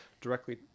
directly